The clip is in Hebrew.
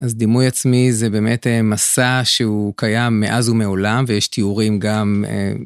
אז דימוי עצמי זה באמת מסע שהוא קיים מאז ומעולם ויש תיאורים גם.